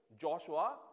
Joshua